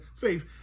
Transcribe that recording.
faith